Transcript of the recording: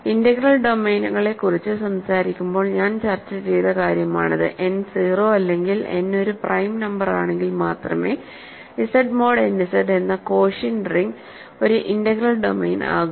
integral ഡൊമെയ്നുകളെക്കുറിച്ച് സംസാരിക്കുമ്പോൾ ഞാൻ ചർച്ച ചെയ്ത കാര്യമാണിത് n 0 അല്ലെങ്കിൽ n ഒരു പ്രൈം നമ്പറാണെങ്കിൽ മാത്രമേ Z മോഡ് n Z എന്ന കോഷ്യന്റ് റിങ് ഒരു ഇന്റഗ്രൽ ഡൊമെയ്ൻ ആകൂ